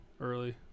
early